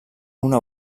una